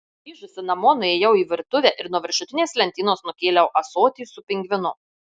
grįžusi namo nuėjau į virtuvę ir nuo viršutinės lentynos nukėliau ąsotį su pingvinu